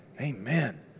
Amen